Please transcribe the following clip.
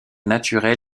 naturel